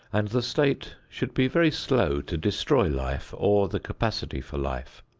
and the state should be very slow to destroy life or the capacity for life.